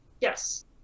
yes